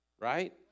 Right